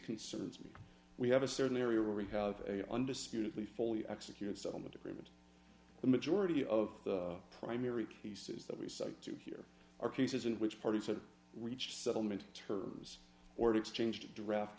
concerns me we have a certain area where we have a undisputedly fully executed settlement agreement the majority of the primary key pieces that we do here are cases in which party to reach settlement terms or exchange to draft